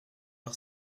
par